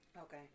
Okay